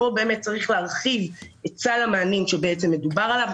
כאן צריך להרחיב את סל המענים שמדובר עליו.